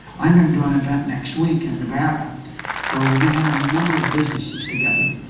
i'm going to do an event next week in nevada where we're going to have a number of businesses together.